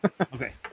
Okay